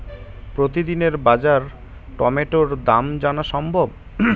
প্রতিদিনের বাজার টমেটোর দাম জানা সম্ভব?